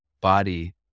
body